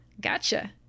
Gotcha